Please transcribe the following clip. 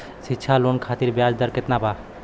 शिक्षा लोन खातिर ब्याज दर केतना बा?